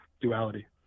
duality